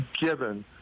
given